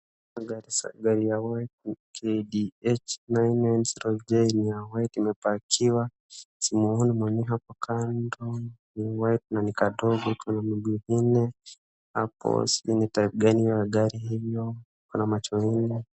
Gari ya white KDH 990J,ni ya white imepakiwa simuoni mwenye hapo kando .Ni white ni kadogo kana miguu nne hapo sijui ni type gani ya gari hiyo kuna macho nne.